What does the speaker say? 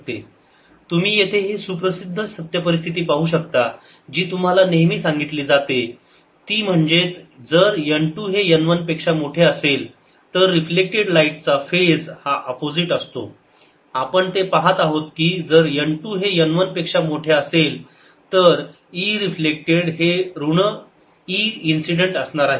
Ereflected v2 v1v2v1Eincidentn1 n2n1n2 Eincident तुम्ही येथे ही सुप्रसिद्ध सत्य परिस्थिती पाहू शकता जी तुम्हाला नेहमी सांगितले जाते ती म्हणजेच जर n 2 हे n 1 पेक्षा मोठे असेल तर रिफ्लेक्टेड लाईट चा फेज हा अपोजिट असतो आपण ते पहात आहोत की जर n2 हे n1 पेक्षा मोठे असेल तर E रिफ्लेक्टेड हे ऋण E इन्सिडेंट असणार आहे